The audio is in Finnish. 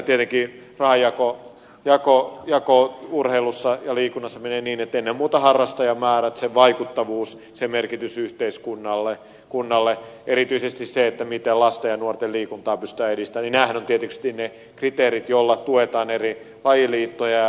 tietenkin rahan jako urheilussa ja liikunnassa menee niin että ennen muuta harrastajamäärät vaikuttavuus merkitys yhteiskunnalle erityisesti se miten lasten ja nuorten liikuntaa pystytään edistämään ovat tietysti ne kriteerit joilla tuetaan eri lajiliittoja